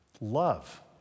Love